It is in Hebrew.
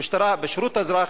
המשטרה בשירות האזרח,